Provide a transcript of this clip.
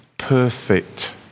perfect